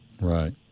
Right